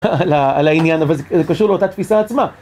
על ה...על העניין, אבל זה קשור לאותה תפיסה עצמה.